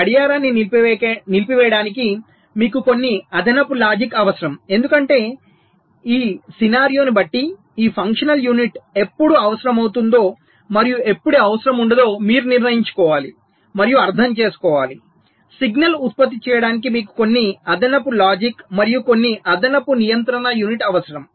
గడియారాన్ని నిలిపివేయడానికి మీకు కొన్ని అదనపు లాజిక్ అవసరం ఎందుకంటే ఈ సినారియోని బట్టి ఈ ఫంక్షనల్ యూనిట్ ఎప్పుడు అవసరమవుతుందో మరియు ఎప్పుడు అవసరం ఉండదో మీరు నిర్ణయించుకోవాలి మరియు అర్థం చేసుకోవాలి సిగ్నల్ ఉత్పత్తి చేయడానికి మీకు కొన్ని అదనపు లాజిక్ మరియు కొన్ని అదనపు నియంత్రణ యూనిట్ అవసరం